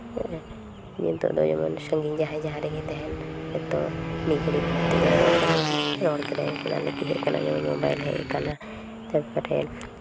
ᱦᱮᱸ ᱱᱤᱛᱚᱜ ᱫᱚ ᱡᱮᱢᱚᱱ ᱥᱟᱺᱜᱤᱧ ᱡᱟᱦᱟᱸᱭ ᱡᱟᱦᱟᱸ ᱨᱮᱜᱮᱭ ᱛᱟᱦᱮᱱ ᱱᱤᱛᱚᱜ ᱢᱤᱫ ᱜᱷᱟᱹᱲᱤ ᱛᱮ ᱡᱟᱦᱟᱸᱭ ᱨᱚᱲ ᱥᱟᱱᱟ ᱠᱮᱫᱮᱭᱟ ᱨᱚᱲ ᱠᱮᱫᱟᱭ ᱚᱱᱟ ᱞᱟᱹᱜᱤᱫ ᱦᱮᱡ ᱠᱟᱱᱟᱭ ᱡᱮᱢᱚᱱ ᱢᱳᱵᱟᱭᱤᱞ ᱦᱮᱡ ᱠᱟᱱᱟ ᱛᱟᱨᱯᱚᱨᱮ